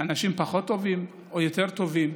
אנשים פחות טובים או יותר טובים.